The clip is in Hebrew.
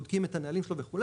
בודקים את הנהלים שלו וכו',